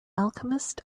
alchemist